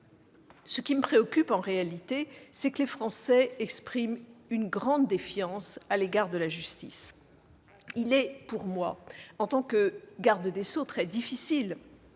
Ce qui me préoccupe, en réalité, c'est que les Français expriment une grande défiance à l'égard de la justice. Il est, pour moi, en tant que garde des sceaux, très difficile